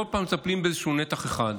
כל פעם מטפלים באיזשהו נתח אחד.